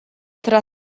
tra